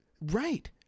Right